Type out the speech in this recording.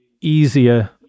easier